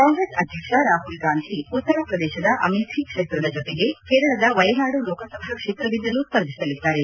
ಕಾಂಗ್ರೆಸ್ ಅಧ್ವಕ್ಷ ರಾಹುಲ್ ಗಾಂಧಿ ಉತ್ತರ ಪ್ರದೇಶದ ಅಮೇಥಿ ಕ್ಷೇತ್ರದ ಜೊತೆಗೆ ಕೇರಳದ ವಯನಾಡು ಲೋಕಸಭಾ ಕ್ಷೇತ್ರದಿಂದಲೂ ಸ್ಪರ್ಧಿಸಲಿದ್ದಾರೆ